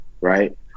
right